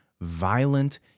violent